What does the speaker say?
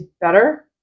better